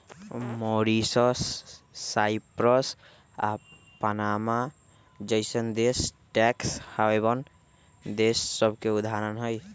Mauritius, Cyprus आऽ Panama जइसन्न देश टैक्स हैवन देश सभके उदाहरण हइ